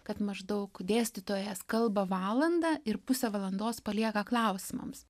kad maždaug dėstytojas kalba valandą ir pusę valandos palieka klausimams